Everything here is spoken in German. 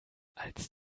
als